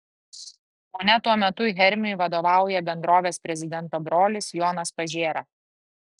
kaune tuo metu hermiui vadovauja bendrovės prezidento brolis jonas pažėra